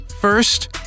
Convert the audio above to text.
First